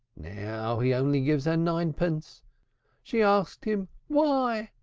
now he only gives her ninepence. she asked him why?